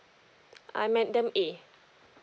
I'm madam a